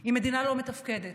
היא מדינה לא מתפקדת,